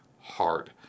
hard